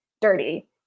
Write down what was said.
dirty